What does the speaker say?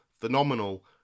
phenomenal